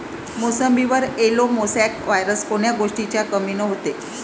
मोसंबीवर yellow mosaic virus कोन्या गोष्टीच्या कमीनं होते?